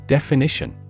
Definition